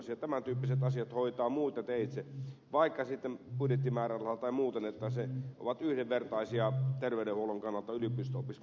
tämän tyyppiset asiat hoitaa muita teitä vaikka sitten budjettimäärärahalla tai muuten että opiskelijat ovat yhdenvertaisia terveydenhuollon kannalta yliopisto opiskelijoihin verrattuna